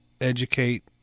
educate